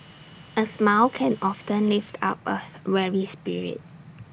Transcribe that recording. A smile can often lift up A weary spirit